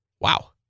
Wow